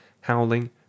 howling